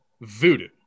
Voodoo